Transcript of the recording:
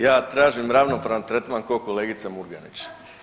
Ja tražim ravnopravan tretman ko kolegica Murganić.